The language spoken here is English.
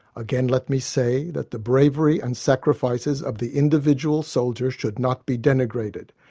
again let me say that the bravery and sacrifices of the individual soldier should not be denigrated.